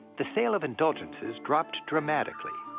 the sale of indulgences dropped dramatically,